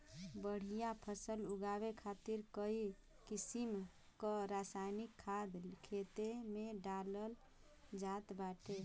बढ़िया फसल उगावे खातिर कई किसिम क रासायनिक खाद खेते में डालल जात बाटे